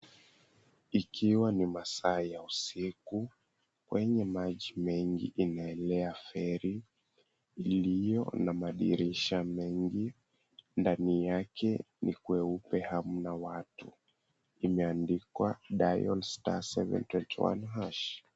Ikiwa ni masaa ya usiku, kwenye maji mengi imeelea feri, iliyo na madirisha mengi, ndani yake ni kweupe hamna watu imeandikwa, dial *721#.